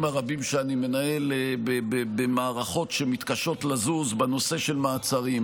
הרבים שאני מנהל זה במערכות שמתקשות לזוז בנושא של מעצרים.